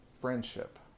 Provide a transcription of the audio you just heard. friendship